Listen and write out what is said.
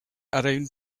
around